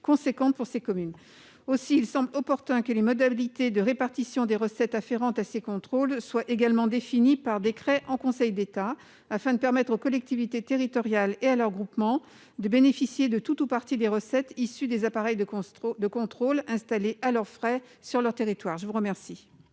considérable pour les communes. Aussi, il semble opportun que les modalités de répartition des recettes tirées de ces contrôles soient définies par décret en Conseil d'État, afin de permettre aux collectivités territoriales et à leurs groupements de bénéficier de tout ou partie des recettes issues des appareils de contrôle installés à leurs frais sur leur territoire. Quel